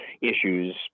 issues